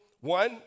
One